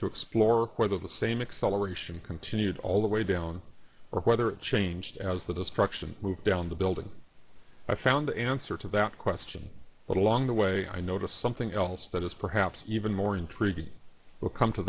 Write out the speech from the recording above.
to explore whether the same acceleration continued all the way down or whether it changed as the destruction moved down the building i found the answer to that question but along the way i noticed something else that is perhaps even more intriguing but come to